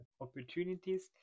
opportunities